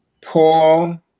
Paul